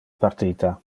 partita